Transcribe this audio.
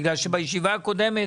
בישיבה הקודמת